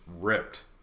ripped